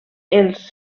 els